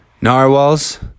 narwhals